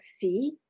fee